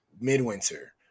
Midwinter